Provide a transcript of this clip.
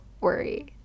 worry